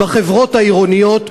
בחברות העירוניות,